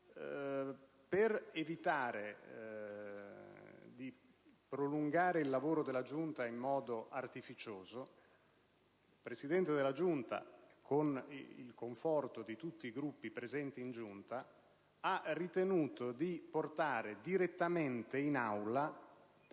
Per evitare di prolungare il lavoro della Giunta in modo artificioso, il Presidente della stessa, con il conforto di tutti i Gruppi presenti in Giunta, ha ritenuto di portare direttamente in Aula,